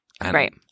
Right